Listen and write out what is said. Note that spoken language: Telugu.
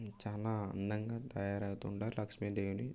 చాలా అందంగా తయారవుతుంటారు లక్ష్మీదేవిని